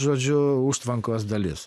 žodžiu užtvankos dalis